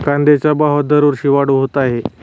कांद्याच्या भावात दरवर्षी वाढ होत आहे